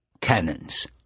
Cannons